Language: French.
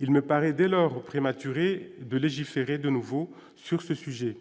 il ne paraît dès lors prématuré de légiférer de nouveau sur ce sujet